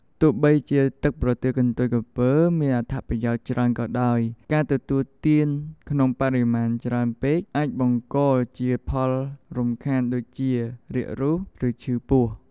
ទោះបីជាទឹកប្រទាលកន្ទុយក្រពើមានអត្ថប្រយោជន៍ច្រើនក៏ដោយ ការទទួលទានក្នុងបរិមាណច្រើនពេកអាចបង្កជាផលរំខានដូចជា រាករូស ឬឈឺពោះ។